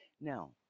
Now